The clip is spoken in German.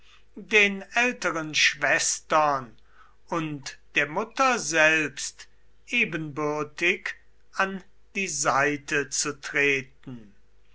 den älteren schwestern und der mutter selbst ebenbürtig an die seite zu treten